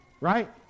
right